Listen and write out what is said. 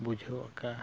ᱵᱩᱡᱷᱟᱹᱣ ᱟᱠᱟᱫ